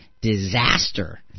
disaster